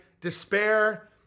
despair